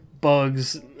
bugs